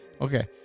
Okay